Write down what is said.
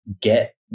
Get